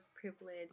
privilege